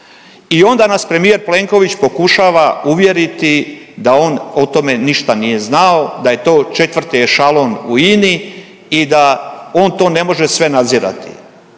I onda nas premijer Plenković pokušava uvjeriti da on o tome ništa nije znao, da je to 4. ešalon u INA-i i da on to ne može sve nadzirati.